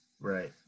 right